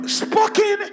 spoken